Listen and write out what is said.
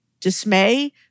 dismay